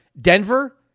Denver